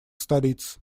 столиц